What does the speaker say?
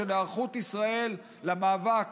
של היערכות ישראל למאבק